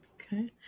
Okay